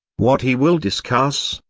what he will discuss,